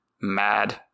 Mad